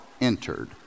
entered